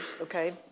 okay